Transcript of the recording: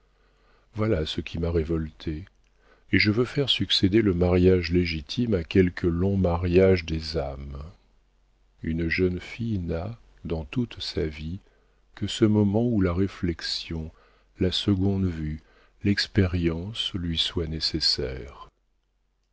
voilà ce qui m'a révoltée et je veux faire succéder le mariage légitime à quelque long mariage des âmes une jeune fille n'a dans toute sa vie que ce moment où la réflexion la seconde vue l'expérience lui soient nécessaires